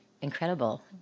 Incredible